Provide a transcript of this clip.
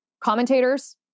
commentators